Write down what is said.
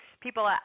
people